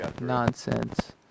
Nonsense